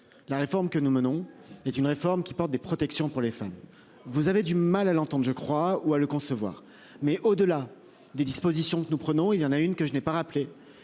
La réforme que nous menons est une réforme qui porte des protections pour les femmes. Vous avez du mal à l'entente je crois ou à le concevoir mais au-delà des dispositions que nous prenons. Il y en a une que je n'ai pas rappelé